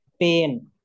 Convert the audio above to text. pain